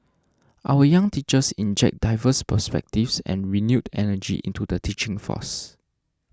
our young teachers inject diverse perspectives and renewed energy into the teaching force